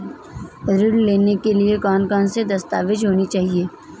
ऋण लेने के लिए कौन कौन से दस्तावेज होने चाहिए?